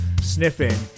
sniffing